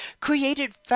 created